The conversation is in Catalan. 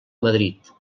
madrid